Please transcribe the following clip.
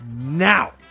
Now